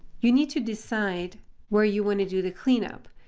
you need to decide where you want to do the cleanup.